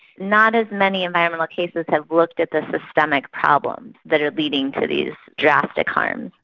not as many environmental cases have looked at the systemic problems that are leading to these drastic harms.